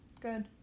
good